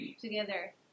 together